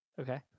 Okay